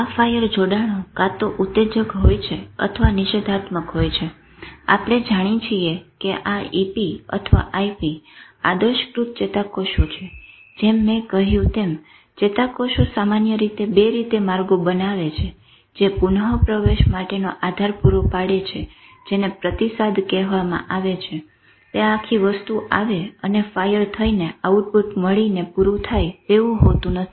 અને ફાયર જોડાણો કાં તો ઉતેજક હોય છે અથવા નિષેધાત્મક હોય છે આપણે જાણીએ છીએ કે આ EP અથવા IP આદર્શ્કૃત ચેતાકોષો છે જેમ મેં કહ્યું તેમ ચેતાકોષો સામાન્ય રીતે 2 રીતે માર્ગો બનાવે છે જે પુનઃપ્રવેશ માટેનો આધાર પૂરો પાડે છે જેને "પ્રતિસાદ" કહેવામાં આવે છે તે આખી વસ્તુ આવે અને ફાયર થઈ ને આઉટપુટ મળીને પૂરું થાય તેવું હોતું નથી